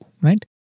right